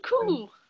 cool